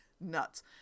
nuts